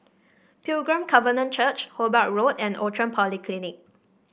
Pilgrim Covenant Church Hobart Road and Outram Polyclinic